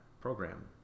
program